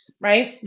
right